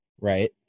Right